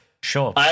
Sure